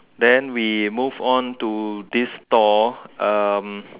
then we move on to this store um